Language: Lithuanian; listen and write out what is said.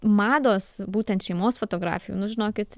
mados būtent šeimos fotografijų nu žinokit